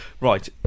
Right